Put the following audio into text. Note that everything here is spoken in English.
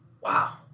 Wow